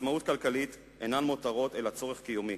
ועצמאות כלכלית אינן מותרות אלא צורך קיומי.